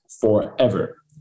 forever